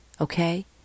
okay